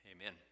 Amen